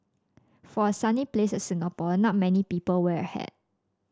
for a sunny place Singapore not many people wear a hat